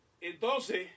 Entonces